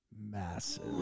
massive